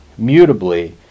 mutably